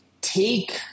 take